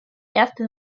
erste